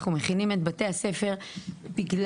אנחנו מכינים את בתי הספר בגלל,